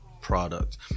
Product